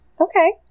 Okay